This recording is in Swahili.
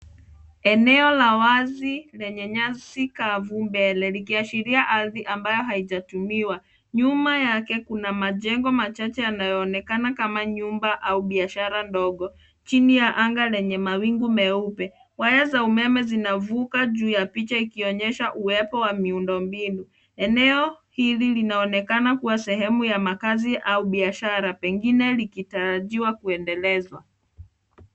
Eneo la wazi lenye nyasi kavu mbele likiashira ardhi ambayo haijatumiwa. Nyuma yake kuna majengo machache yanayoonekana kama nyumba ama biashara ndogo chini ya anga lenye mawingu meupe. Waya za umeme zinavuka juu ya picha ikionyesha uwepo wa miundombinu. Eneo hili linaonekana kuwa sehemu ya makazi au biashara pengine likitarajiwa kuendelezwa.